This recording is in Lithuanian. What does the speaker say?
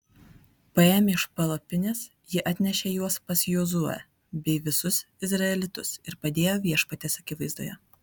paėmę iš palapinės jie atnešė juos pas jozuę bei visus izraelitus ir padėjo viešpaties akivaizdoje